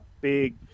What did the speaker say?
big